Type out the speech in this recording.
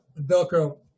Velcro